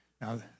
Now